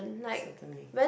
certainly